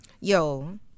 Yo